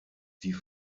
die